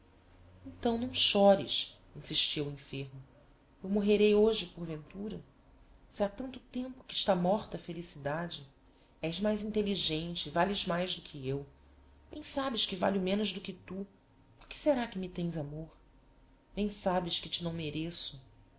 então não chores insistia o enfermo eu morrerei hoje porventura se ha tanto tempo que está morta a felicidade és mais intelligente e vales mais do que eu bem sabes que valho menos do que tu por que será que me tens amor bem sabes que te não mereço